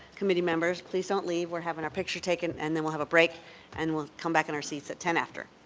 committee members. please don't leave, we're having our picture taken, and then we'll have a break and we'll come back in our seats at ten after.